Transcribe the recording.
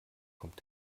kommt